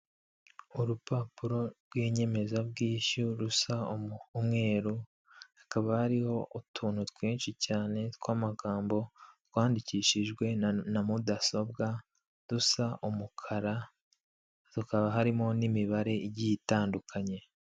Urupapuro rw'inyemezabwishyu rusa umweru hakaba hariho utuntu twinshi cyane tw'amagambo twandikishijwe na mudasobwa dusa umukara, hakaba harimo n'imibare igi itandukanye.